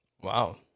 Wow